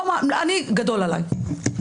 אני, גדול עליי.